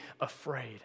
afraid